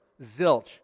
zilch